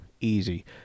easy